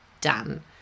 done